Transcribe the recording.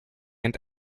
and